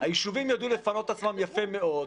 היישובים ידעו לפנות את עצמם יפה מאוד,